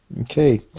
Okay